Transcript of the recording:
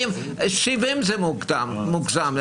70 זה מוגזם.